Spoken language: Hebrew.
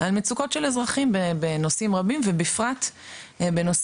על מצוקות של אזרחים בנושאים רבים ובפרט בנושא